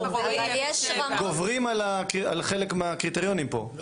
אבל יש רמות --- גוברים על חלק מהקריטריונים פה,